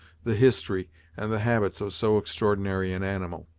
the history and the habits of so extraordinary an animal.